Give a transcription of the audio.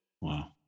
Wow